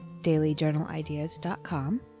dailyjournalideas.com